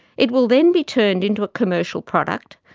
it will then be turned into a commercial product,